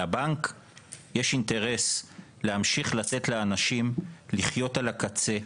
לבנק יש אינטרס להמשיך לתת לאנשים לחיות על הקצה,